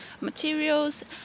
materials